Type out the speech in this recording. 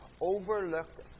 overlooked